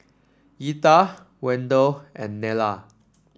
Etha Wendell and Nella